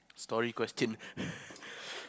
story question